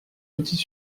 outils